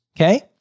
Okay